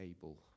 able